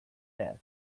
death